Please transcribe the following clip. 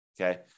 okay